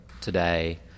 today